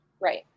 Right